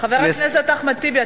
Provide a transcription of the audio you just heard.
חבר הכנסת אחמד טיבי,